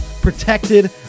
protected